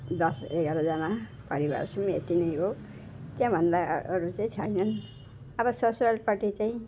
दस एघारजना परिवार छौँ यति नै हो त्यहाँभन्दा अरू चाहिँ छैनन् अब ससुरालीपट्टि चाहिँ